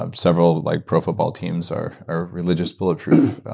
ah several like pro football teams are are religious bulletproof,